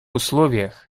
условиях